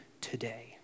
today